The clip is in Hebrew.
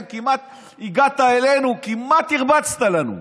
כמעט הגעת אלינו וכמעט הרבצת לנו.